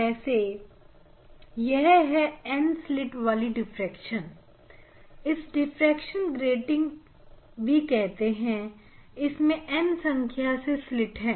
जैसे यह है N स्लित वाली डिफ्रेक्शन है इसे डिफ्रेक्शन ग्रेटिंग भी कहते हैं इसमें N संख्या में स्लित है